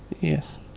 yes